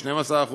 12%,